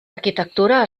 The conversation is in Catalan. arquitectura